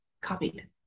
copied